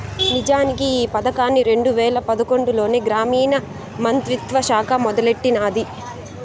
నిజానికి ఈ పదకాన్ని రెండు వేల పదకొండులోనే గ్రామీణ మంత్రిత్వ శాఖ మొదలెట్టినాది